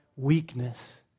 Weakness